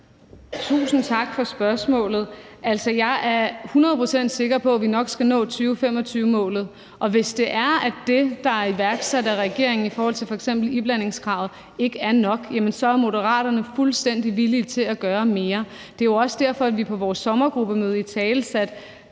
Tusind tak for spørgsmålet. Jeg er hundrede procent sikker på, at vi nok skal nå 2025-målet, og hvis det, der er iværksat af regeringen i forhold til f.eks. iblandingskravet, ikke er nok, så er Moderaterne fuldstændig villige til at gøre mere. Det er jo også derfor, at vi på vores sommergruppemøde italesatte